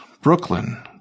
Brooklyn